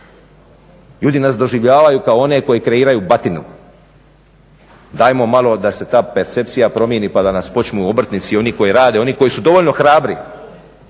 ljudi nas doživljavaju kao one koji kreiraju batinu, dajmo malo da se ta percepcija promijeni pa da nas počnu obrtnici i oni koji rade, oni koji su dovoljno hrabri